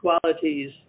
qualities